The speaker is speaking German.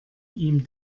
ihm